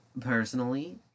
personally